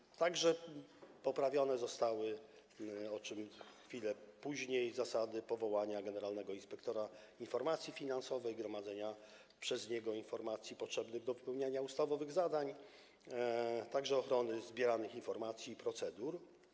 Zostały także poprawione, o czym później, zasady powoływania generalnego inspektora informacji finansowej, gromadzenia przez niego informacji potrzebnych do wypełniania ustawowych zadań, również ochrony zbieranych informacji i procedur.